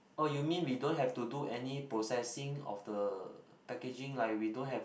oh you mean we don't have to do any processing of the packaging like we don't have